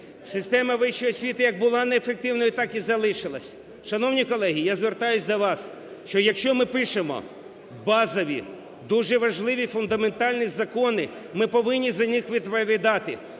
Система вищої освіти як буде неефективною, так і залишилась. Шановні колеги, я звертаюсь до вас, що якщо ми пишемо базові, дуже важливі фундаментальні закони, ми повинні за них відповідати,